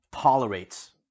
tolerates